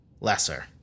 lesser